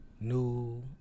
new